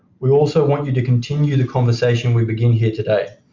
we also want you to continue the conversation we begin here today.